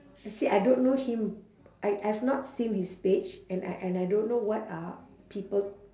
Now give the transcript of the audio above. I said I don't know him I I've not seen his page and I I and I don't know what are people